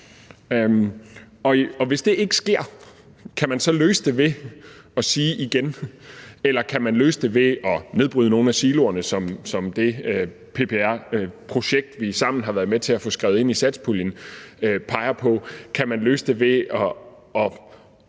hvis det ikke sker, kan man så løse det ved at sige det igen, eller kan man løse det ved at nedbryde nogle af siloerne som det PPR-projekt, vi sammen har været med til at få skrevet ind i satspuljen, peger på? Kan man løse det ved at